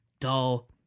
dull